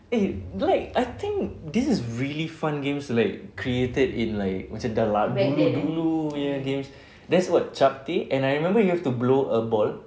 eh like I think this is really fun games like created in like macam dah lah dulu-dulu punya games there's what chapteh and I remember you have to blow a ball